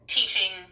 teaching